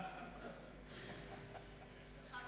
שמחה בחלקי.